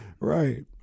Right